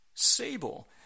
Sable